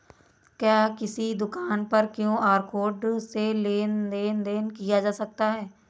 क्या किसी दुकान पर क्यू.आर कोड से लेन देन देन किया जा सकता है?